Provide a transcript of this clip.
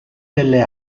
delle